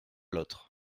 l’autre